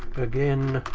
again.